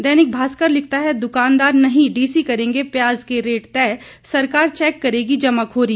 दैनिक भास्कर लिखता है दुकानदार नहीं डीसी करेंगे प्याज के रेट तय सरकार चैक करेगी जमाखोरी